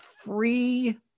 free